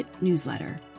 newsletter